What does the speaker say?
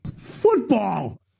Football